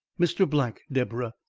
mr. black, deborah.